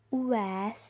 Owais